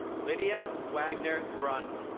lydia wagner grund